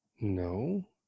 No